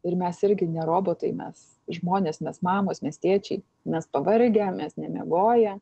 ir mes irgi ne robotai mes žmonės mes mamos mes tėčiai mes pavargę mes nemiegoję